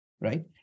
right